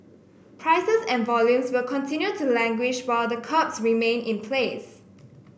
prices and volumes will continue to languish while the curbs remain in place